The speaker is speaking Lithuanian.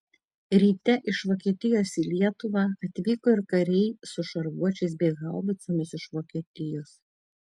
ryte iš vokietijos į lietuvą atvyko ir kariai su šarvuočiais bei haubicomis iš vokietijos